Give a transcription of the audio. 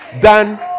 done